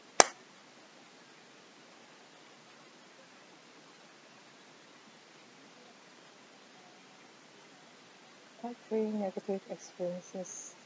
part three negative experiences